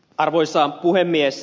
arvoisa puhemies